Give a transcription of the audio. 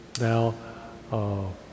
now